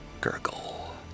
gurgle